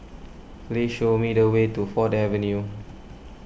please show me the way to Ford Avenue